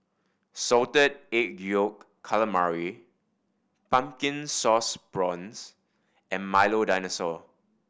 Salted Egg Yolk Calamari Pumpkin Sauce Prawns and Milo Dinosaur